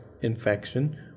infection